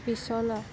বিছনা